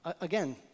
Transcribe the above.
Again